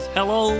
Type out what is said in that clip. Hello